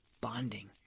bonding